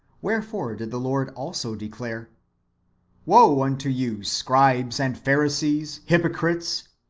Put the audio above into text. wherefore did the lord also declare woe unto you, scribes and pharisees, hypocrites,